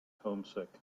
homesick